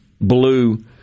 blue